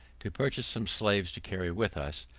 to purchase some slaves to carry with us,